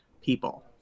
people